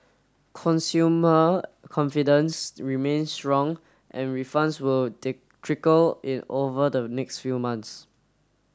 consumer confidence remains strong and refunds will take trickle in over the next few months